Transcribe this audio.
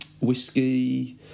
whiskey